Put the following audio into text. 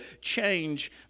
change